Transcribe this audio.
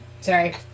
sorry